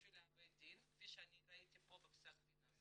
בשביל בית הדין, כפי שאני ראיתי פה בפסק הדין הזה.